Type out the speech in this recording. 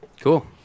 Cool